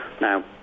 Now